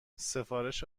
سفارش